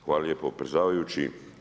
Hvala lijepo predsjedavajući.